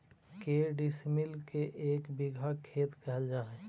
के डिसमिल के एक बिघा खेत कहल जा है?